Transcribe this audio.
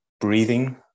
breathing